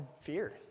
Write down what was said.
fear